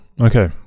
Okay